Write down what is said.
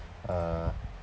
uh